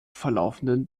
verlaufenden